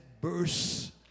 burst